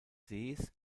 sees